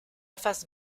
phase